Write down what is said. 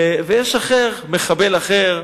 יש מחבל אחר,